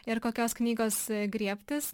ir kokios knygos griebtis